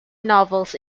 novels